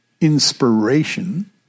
Inspiration